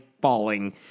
falling